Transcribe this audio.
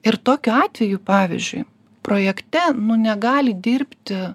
ir tokiu atveju pavyzdžiui projekte nu negali dirbti